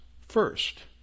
first